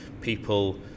People